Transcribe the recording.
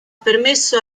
permesso